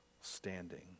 standing